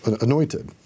anointed